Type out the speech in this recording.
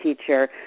teacher